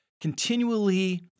continually